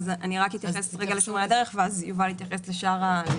אני אתייחס לשומרי הדרך ויובל יתייחס לשאר הנושאים.